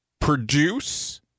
produce